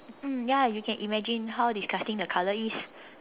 mm ya you can imagine how disgusting the color is